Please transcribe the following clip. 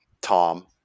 Tom